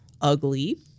ugly